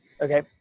okay